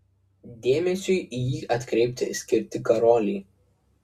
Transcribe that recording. dėmesiui į jį atkreipti skirti karoliai